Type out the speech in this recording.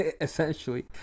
Essentially